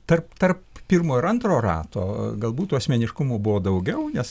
tarp tarp pirmo ir antro rato galbūt tų asmeniškumų buvo daugiau nes